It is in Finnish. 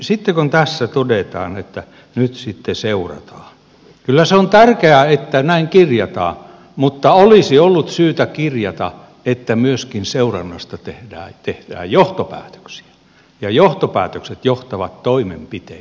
sitten kun tässä todetaan että nyt sitten seurataan kyllä se on tärkeää että näin kirjataan mutta olisi ollut syytä kirjata että myöskin seurannasta tehdään johtopäätöksiä ja johtopäätökset johtavat toimenpiteisiin